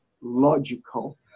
logical